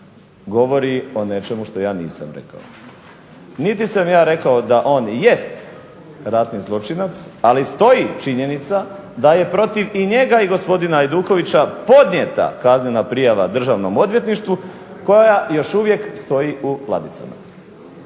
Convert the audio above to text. govori o nečemu što ja nisam rekao. Niti sam ja rekao da on jest ratni zločinac, ali stoji činjenica da je protiv i njega i gospodina Ajdukovića podnijeta kaznena prijava Državnom odvjetništvu koja još uvijek stoji u ladicama.